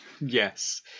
Yes